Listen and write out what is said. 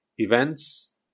events